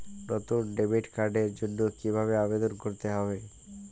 নতুন ডেবিট কার্ডের জন্য কীভাবে আবেদন করতে হবে?